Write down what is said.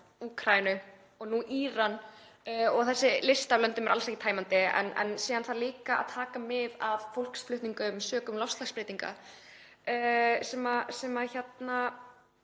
Úkraínu og nú Íran og þessi listi af löndum er alls ekki tæmandi. Síðan þarf líka að taka mið af fólksflutningum sökum loftslagsbreytinga sem er